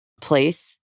place